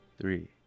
three